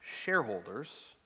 shareholders